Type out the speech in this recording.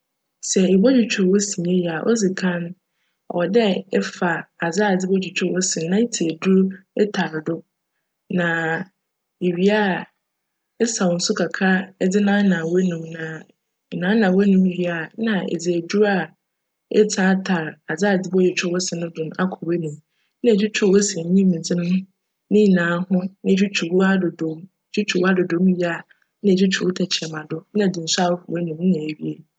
Sj ibotwutwuw wo se yie a, odzi kan no cwc dj efa adze a edze botwutwuw wo se no na etsi edur tar do na ewia a esaw nsu kakra dze naanaa w'anomu na enaanaa w'anomu wie a, nna edze edur a etsi atar adze edze botwutwuw wo se no do no akc w'anomu nna etwutwuw wo se enyim dze no ne nyinara ho na etwutwuw w'adadaaw mu, etwutwuw w'adadaaw mu wie a, nna etwutwuw wo tjkyerjma do nna edze nsu ahohor w'anomu nna ewie.